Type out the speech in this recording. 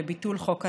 לביטול חוק הלאום.